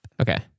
Okay